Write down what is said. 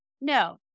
no